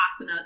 asanas